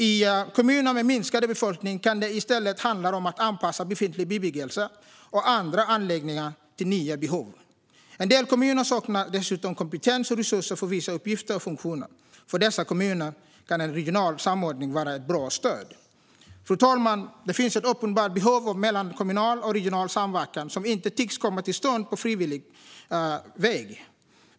I kommuner med minskande befolkning kan det i stället handla om att anpassa befintlig bebyggelse och andra anläggningar till nya behov. En del kommuner saknar dessutom kompetens och resurser för vissa uppgifter och funktioner. För dessa kommuner kan en regional samordning vara ett bra stöd. Fru talman! Det finns ett uppenbart behov av mellankommunal och regional samverkan som inte tycks komma till stånd på frivillig väg.